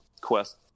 quest